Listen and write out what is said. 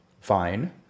Fine